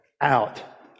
out